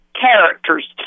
characters